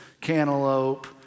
cantaloupe